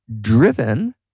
driven